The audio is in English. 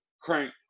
crank